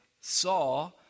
saw